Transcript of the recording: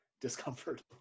discomfort